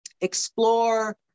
explore